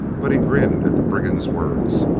but he grinned at the brigand's words,